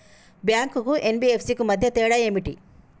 Bank కు NBFC కు మధ్య తేడా ఏమిటి?